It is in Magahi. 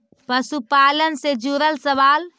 पशुपालन से जुड़ल सवाल?